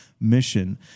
mission